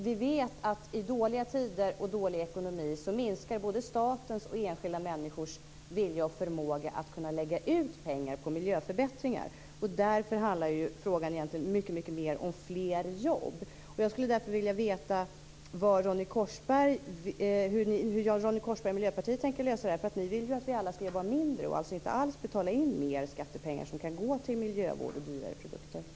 Vi vet att i dåliga tider med dålig ekonomi, minskar både statens och enskilda människors vilja och förmåga att lägga ut pengar på miljöförbättringar. Därför handlar frågan egentligen mycket mer om fler jobb. Jag skulle därför vilja veta hur Ronny Korsberg och Miljöpartiet tänker lösa det här. Ni vill ju att vi alla skall jobba mindre och inte alls betala in mer skattepengar som kan gå till miljövård och dyrare produkter.